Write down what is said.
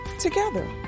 together